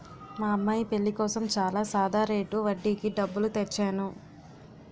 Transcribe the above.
మా అమ్మాయి పెళ్ళి కోసం చాలా సాదా రేటు వడ్డీకి డబ్బులు తెచ్చేను